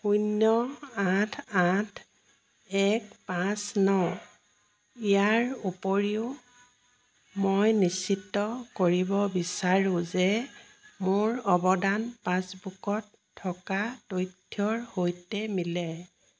শূন্য আঠ আঠ এক পাঁচ ন ইয়াৰ উপৰিও মই নিশ্চিত কৰিব বিচাৰো যে মোৰ অৱদান পাছবুকত থকা তথ্যৰ সৈতে মিলে